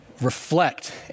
reflect